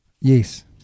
yes